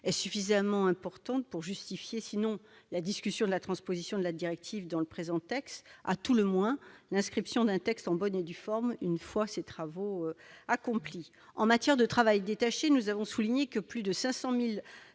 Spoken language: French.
suffisamment importante pour justifier, sinon un débat sur la transposition de la directive dans le présent texte, à tout le moins le dépôt d'un texte en bonne et due forme, une fois les travaux nécessaires accomplis. En matière de travail détaché, nous avons souligné le fait que plus de 500 000